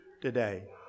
today